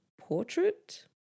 Portrait